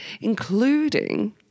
including